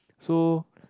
so